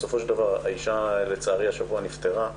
בסופו של דבר האישה לצערי נפטרה השבוע